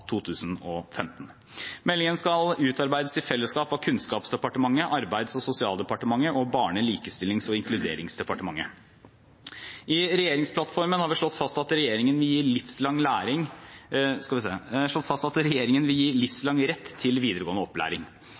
2015. Meldingen skal utarbeides i fellesskap med Kunnskapsdepartementet, Arbeids- og sosialdepartementet og Barne-, likestillings- og inkluderingsdepartementet. I regjeringsplattformen har vi slått fast at regjeringen vil gi livslang rett til videregående opplæring. Som en del av dette vurderer vi i forbindelse med arbeidet med meldingen til